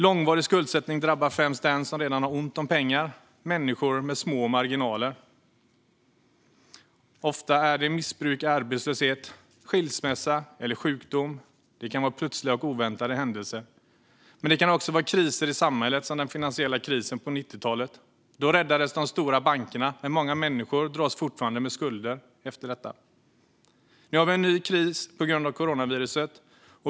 Långvarig skuldsättning drabbar främst dem som redan har ont om pengar - människor med små marginaler. Orsaken är ofta missbruk, arbetslöshet, skilsmässa eller sjukdom. Det kan vara plötsliga och oväntade händelser. Det kan också vara kriser i samhället, som den finansiella krisen på 90-talet. Då räddades de stora bankerna, men många människor dras fortfarande med skulder efter detta. Nu har vi en ny kris på grund av coronaviruset.